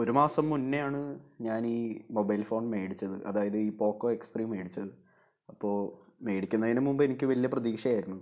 ഒരു മാസം മുന്നെയാണ് ഞാൻ ഈ മൊബൈൽ ഫോൺ മേടിച്ചത് അതായത് ഈ പോകോ എക്സ് ത്രീ മേടിച്ചത് അപ്പോൾ മേടിക്കുന്നതിന് മുമ്പ് എനിക്ക് വലിയ പ്രതീക്ഷയായിരുന്നു